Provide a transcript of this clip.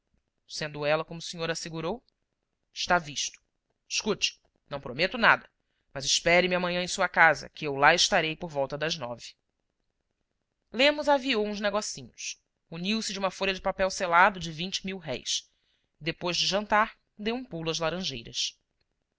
sendo ela como o senhor assegurou está visto escute não prometo nada mas espere me amanhã em sua casa que eu lá estarei por volta das nove lemos aviou uns negocinhos muniu se de uma folha de papel selado de vinte mil-réis e depois de jantar deu um pulo às laranjeiras